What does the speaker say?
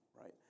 right